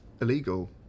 Illegal